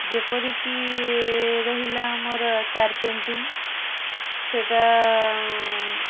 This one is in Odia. ଯେପରିକି ରହିଲା ଆମର କାର୍ପେଣ୍ଟ୍ରି ସେଇଟା